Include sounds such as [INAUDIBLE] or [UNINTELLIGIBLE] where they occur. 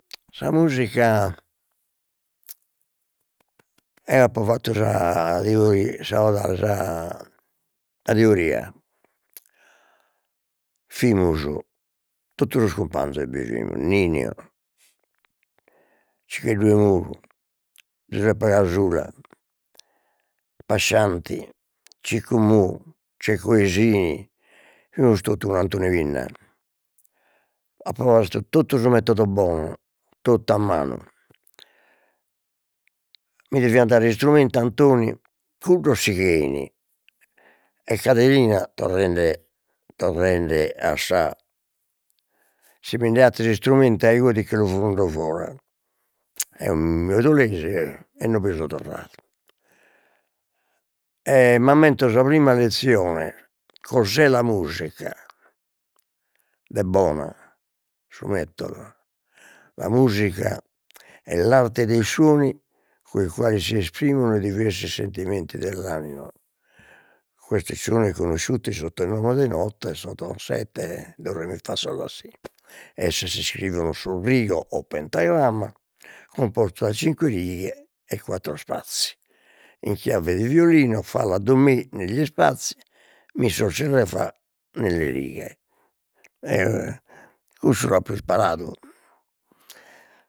Sa musica [NOISE] eo apo fattu [HESITATION] teoria sa 'odale [HESITATION] sa teoria, fimus totu sos cumpanzos bi fimus Ninnio, Ciccheddu 'emuru, Zuseppe Casula, [UNINTELLIGIBLE] Ciccu Mu, Cecco 'e Sini, fimus totu cun Antoni Pinna, apo postu totu su metodu Bona, tot'a manu, mi ghi si an dadu istrumentu Antoni, cuddos sighein e Caderina torrende torrende a sa, si minde 'attis istrumentu a igue ticche lu frundo fora, eo mi 'odolesi e non bi so torradu e m'ammento sa prima lezione, cos'è la musica, de Bona su metodu: la musica è l'arte dei suoni coi quali si esprimono i diversi sentimenti dell'anima, questi sono riconosciuti sotto il nome di note sotto sette do re mi fa sol la si, esse si scrivono su rigo o pentagramma, comporta cinque righe e quattro spazi, in chiave di violino fa la do mi negli spazi, mi sol si re fa nelle righe, [HESITATION] cussu l'apo imparadu